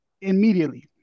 Immediately